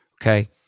okay